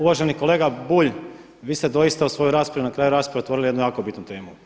Uvaženi kolega Bulj, vi ste doista u svojoj raspravi, na kraju rasprave otvorili jednu jako bitnu temu.